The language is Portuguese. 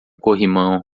corrimão